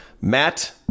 Matt